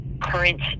current